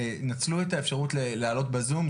נצלו את האפשרות לעלות בזום.